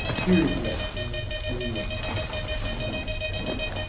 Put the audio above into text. ah here is the actual pdf in question so i'm going to attach that.